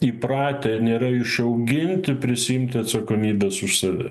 įpratę nėra išauginti prisiimti atsakomybės už save